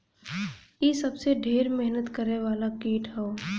इ सबसे ढेर मेहनत करे वाला कीट हौ